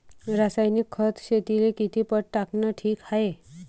रासायनिक खत शेतीले किती पट टाकनं ठीक हाये?